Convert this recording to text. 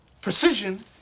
precision